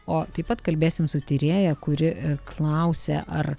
o taip pat kalbėsim su tyrėja kuri klausia ar